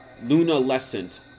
Lunalescent